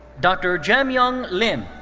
dr. jaemyung lim.